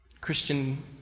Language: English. Christian